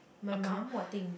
my mum what thing